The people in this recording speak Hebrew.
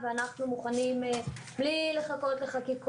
אנחנו כאמור מבינים את הצורך.